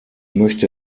möchte